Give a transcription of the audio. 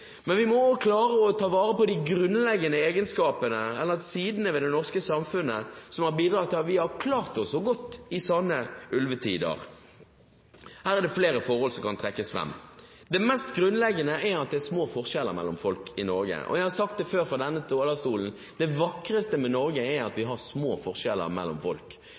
Men vi må også klare å ta vare på de grunnleggende sidene ved det norske samfunnet som har bidratt til at vi har klart oss så godt i sånne ulvetider. Her er det flere forhold som kan trekkes fram. Det mest grunnleggende er at det er små forskjeller mellom folk i Norge. Jeg har sagt det før fra denne talerstolen: Det vakreste med Norge er at vi har små forskjeller mellom folk.